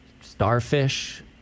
starfish